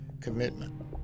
Commitment